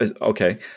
okay